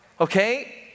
okay